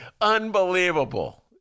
Unbelievable